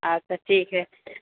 अच्छा ठीक छै